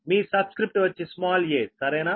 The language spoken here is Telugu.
మీ సబ్స్క్రిప్ట్ వచ్చి స్మాల్ a సరేనా